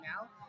now